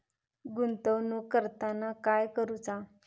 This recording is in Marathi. गुंतवणूक करताना काय करुचा?